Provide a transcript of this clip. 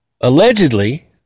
Allegedly